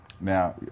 Now